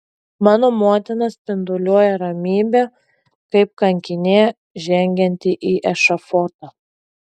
mano motina spinduliuoja ramybe kaip kankinė žengianti į ešafotą